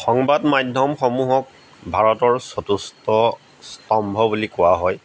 সংবাদ মাধ্যমসমূহক ভাৰতৰ চতুৰ্থস্তম্ভ বুলি কোৱা হয়